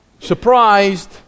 surprised